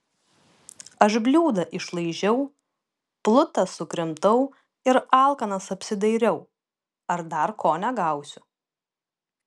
aš bliūdą išlaižiau plutą sukrimtau ir alkanas apsidairiau ar dar ko negausiu